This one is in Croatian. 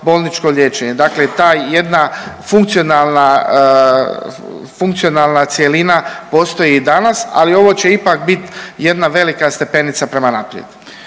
bolničko liječenje. Dakle, ta jedna funkcionalna, funkcionalna cjelina postoji i danas, ali ovo će ipak biti jedna velika stepenica prema naprijed.